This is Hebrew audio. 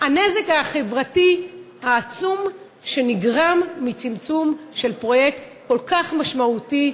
הנזק החברתי העצום שנגרם מצמצום של פרויקט כל כך משמעותי,